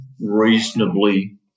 reasonably